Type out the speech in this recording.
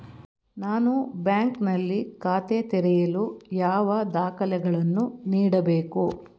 ನಾನು ಬ್ಯಾಂಕ್ ನಲ್ಲಿ ಖಾತೆ ತೆರೆಯಲು ಯಾವ ದಾಖಲೆಗಳನ್ನು ನೀಡಬೇಕು?